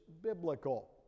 biblical